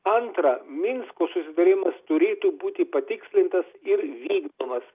antra minsko susitarimas turėtų būti patikslintas ir vykdomas